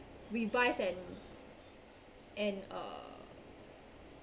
revise and and uh